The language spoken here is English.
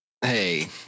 Hey